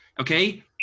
Okay